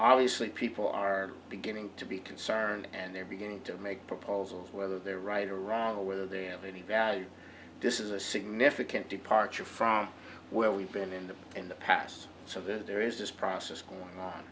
obviously people are beginning to be concerned and they're beginning to make proposals whether they're right around the whether they have any value this is a significant departure from where we've been in the in the past so that there is this process going on